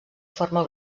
forma